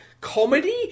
comedy